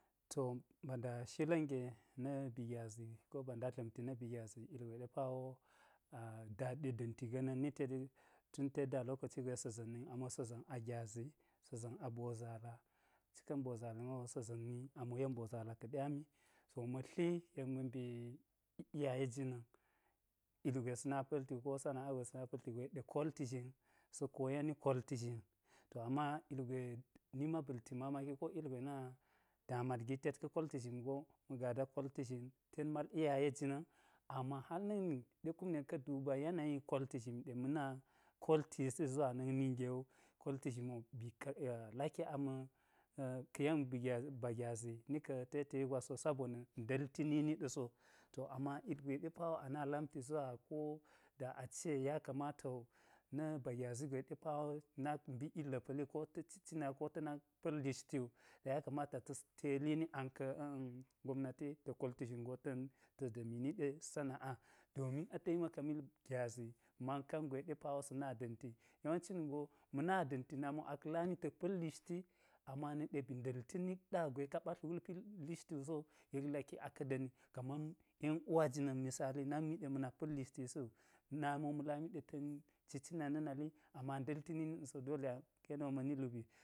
To ba nda shila̱n ge na̱ bi gyazi ko ba nda dla̱mti na̱ bi gyazi ilgwe ɗe pa wo da ɗe da̱nti ga̱na̱n ni teɗi tun tet da lokoci gwe sa̱ za̱nni. A mo sa̱ za̱n a gyazi sa̱ za̱n a bozala cika̱n bozala ma wo a mo sa̱ za̱nni a mo yen bozala ka̱ɗe ami. So ma̱ tli yek ma̱ mbi yek ma̱ mbi iyaye jina̱n ilgwe sa̱ na pa̱lti, ko saˈa gwe sa na pa̱lti wu yek ɗe kolti zhin. Sa̱ koyeni kolti zhin to ama ilgwe nima ba̱lti mamaki wu, ko kuma ilgwe na damat gi tet ka̱ kolti zhin go, ma̱ gada kolti zhin mal iyaye jina̱n ama hal na̱k nin ɗe kume ka̱ duba yanayi kolti zhimi ɗe ma̱ na koltisi na̱k ninge wu, kolti zhimi bi ka laki a ma̱ ka̱ yen bi gyazi ka̱ yen ba gyazi ni ka̱ teteyi gwas so sabona̱ nda̱lti nini ɗa̱ so. To ama ilgwe ɗe pa we a na lamti zuwa ko da ace ya kamata wo na̱ ba gyazi gwe ɗe wo nak mbi ilga̱ pa̱li ko ta̱ ci cina yi, ko ta̱ nak pa̱l lishti wu. Ya kamata ta̱s telini ang ka̱ gomnati ta̱ kolti zhin go ta̱n ta̱ da̱mi ɗe sana'a. Domin a taimaka mil gyazi man kangwe ɗe paa wo sa̱ na da̱nti. Yewanci wo ningo ma̱ da̱nti nami wo aka̱ lami ta̱k pa̱l lishti ama na̱k ɗe ba̱ nda̱lti nik ɗa gwe ɗe ka ɓatl wulpi lishti wu sowu yek laki aka̱ da̱ni. Kaman yenuwa jina̱n misali nak mi ɗe ma̱ na̱k pa̱l lishtisi wu. Nami wo ma̱ lami ɗe ta̱n cina na̱ nali ama nda̱lti nini ɗa̱ so dole aka̱ yeni wo ma̱ni lubii.